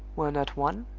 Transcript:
were not one,